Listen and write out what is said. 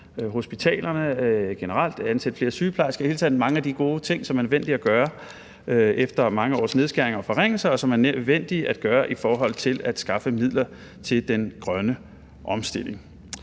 hospitalerne generelt med – ansætte flere sygeplejersker. I det hele taget mange af de gode ting, som er nødvendige at gøre efter mange års nedskæringer og forringelser, og som er nødvendige at gøre for at skaffe midler til den grønne omstilling.